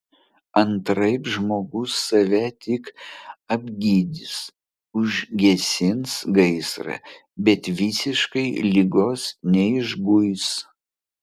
antraip žmogus save tik apgydys užgesins gaisrą bet visiškai ligos neišguis